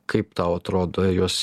kaip tau atrodo juos